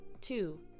two